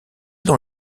dans